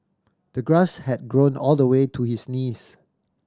the grass had grown all the way to his knees